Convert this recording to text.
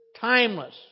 timeless